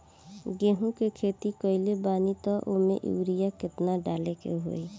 गेहूं के खेती कइले बानी त वो में युरिया केतना डाले के होई?